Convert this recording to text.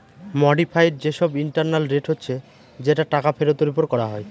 modified যে সব internal rate হচ্ছে যেটা টাকা ফেরতের ওপর করা হয়